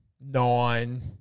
nine